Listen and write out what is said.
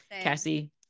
cassie